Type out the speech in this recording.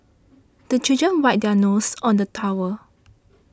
the children wipe their noses on the towel